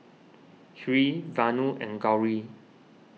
Hri Vanu and Gauri